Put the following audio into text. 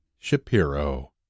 Shapiro